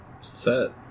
Set